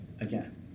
again